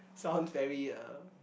sounds very uh